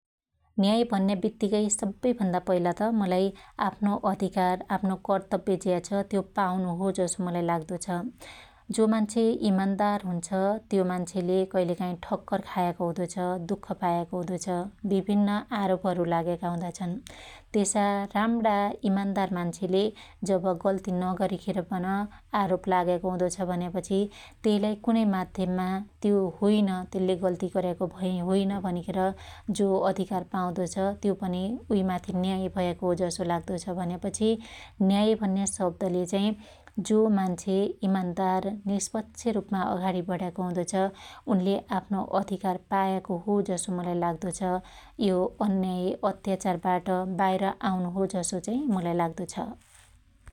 न्याय भन्या बीत्त्तीकै सब्बै भन्दा पहिला त मुलाई आफ्नो अधिकार, आफ्नो कर्तब्य ज्या छ त्यो पाउनु हो जसो मुलाई लाग्दो छ । जो मान्छे ईमान्दार हुन्छ त्यो मान्छेले कहिलेकाहि ठक्कर खायाको हुदो छ, दुख्ख पायाको हुदो छ । बिभिन्न आरोपहरु लाग्याका हुदा छन् । त्यसा राम्णा ईमान्दार मान्छेले जब गल्ती नगरीखेर पन आरोप लाग्याको हुदो छ भन्यापछी त्यइलाई कुनै माध्याममा त्यो होईन तेल्ले गल्ती गर्याको भई होईन भनिखेर जो अधिकार पाउदो छ त्यो पनि उइ माथि न्याय भयाको हो जसो लाग्दो छ भन्यापछि न्याय भन्या शब्दले चाहि जो मान्छे ईमान्दार ,निष्पक्ष रुपमा अघाडी बढ्याको हुदो छ उनले आफ्नो अधिकार पायाको हो जसो मुलाई लाग्दो छ । यो अन्याय अत्याचार बाट बाइर आउनु हो जसो चाइ मुलाई लाग्दो छ ।